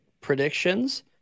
predictions